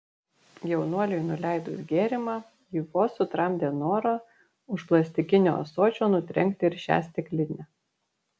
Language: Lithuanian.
jaunuoliui nuleidus gėrimą ji vos sutramdė norą už plastikinio ąsočio nutrenkti ir šią stiklinę